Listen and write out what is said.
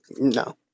No